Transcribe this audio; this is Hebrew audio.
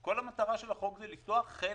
כל המטרה של החוק היא לפתוח חלק